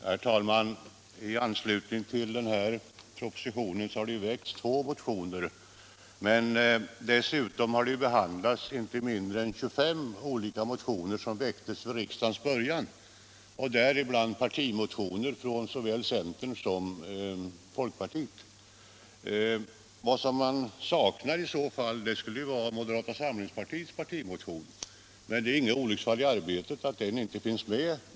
Herr talman! I anslutning till den här propositionen har det väckts två motioner, men dessutom har det behandlats inte mindre än 25 olika motioner som väckts vid riksdagens början, däribland partimotioner från såväl centern som folkpartiet. Vad man kan sakna skulle vara moderata samlingspartiets partimotion, men det är inget olycksfall i arbetet att den inte finns med.